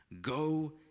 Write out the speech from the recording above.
go